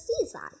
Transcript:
seaside